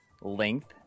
length